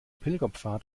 pilgerpfad